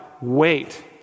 wait